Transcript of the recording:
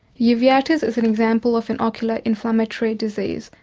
uveitis is an example of an ocular inflammatory disease,